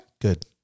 good